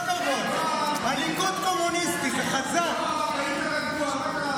פעם הליכוד היה קפיטליסטי.